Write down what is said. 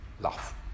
laugh